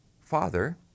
Father